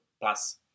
Plus